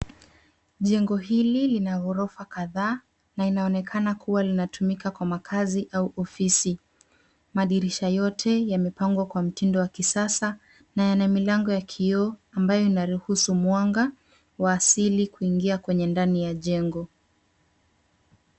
Jengo hili lina ghorofa kadhaa na inaonekana kuwa linatumika kwa makaazi au ofisi. Madirisha yote yamepangwa kwa mtindo wa kisasa na yana milango ya kioo ambayo inaruhusu mwanga wa asili kuingia kwenye ndani ya jengo.